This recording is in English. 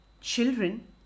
Children